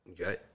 Okay